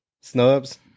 snubs